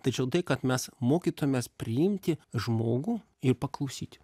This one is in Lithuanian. tačiau tai kad mes mokytojams priimti žmogų ir paklausyti